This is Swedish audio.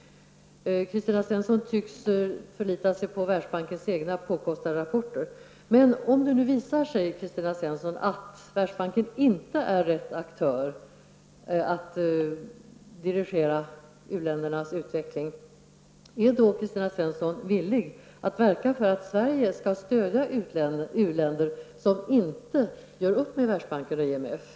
Kristina Svensson tycks förlita sig på Världsbankens egna påkostade rapporter. Men om det nu, Kristina Svensson, visar sig att Världsbanken inte är rätt aktör när det gäller att dirigera u-ländernas utveckling, är då Kristina Svensson villig att verka för att Sverige skall stödja u-länder som inte gör upp med Världsbanken och IMF?